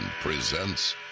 presents